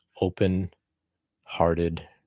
open-hearted